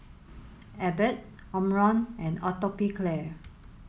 Abbott Omron and Atopiclair